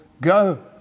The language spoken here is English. go